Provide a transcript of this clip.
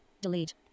Delete